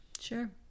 Sure